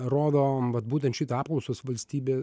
rodo vat būtent šitą apklausos valstybė